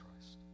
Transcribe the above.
Christ